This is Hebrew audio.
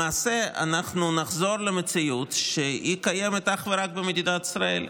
למעשה אנחנו נחזור למציאות שקיימת אך ורק במדינת ישראל.